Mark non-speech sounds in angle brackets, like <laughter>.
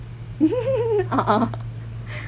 <laughs>